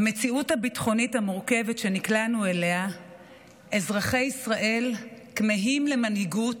במציאות הביטחונית המורכבת שנקלענו אליה אזרחי ישראל כמהים למנהיגות,